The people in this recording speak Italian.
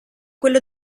quello